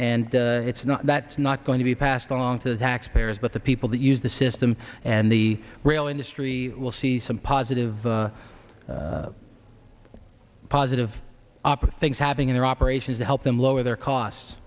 and it's not that's not going to be passed along to the taxpayers but the people that use the system and the rail industry will see some positive positive opera things happening in their operations to help them lower their cos